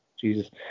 Jesus